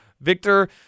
Victor